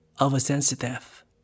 Oversensitive